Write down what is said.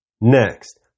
Next